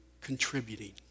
contributing